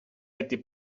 été